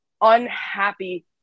unhappy